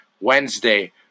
Wednesday